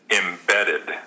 embedded